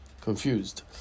Confused